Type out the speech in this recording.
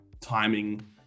timing